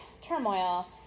turmoil